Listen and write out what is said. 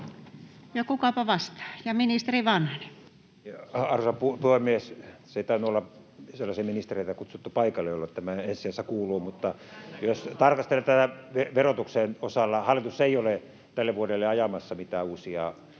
Ja kukapa vastaa? — Ja ministeri Vanhanen. Arvoisa puhemies! Ei tainnut olla kutsuttu paikalle sellaisia ministereitä, joille tämä ensi sijassa kuuluu, mutta jos tarkastelen tätä verotuksen osalta, hallitus ei ole tälle vuodelle ajamassa mitään uusia